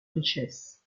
richesse